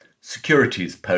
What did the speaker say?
securities